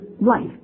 life